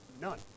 None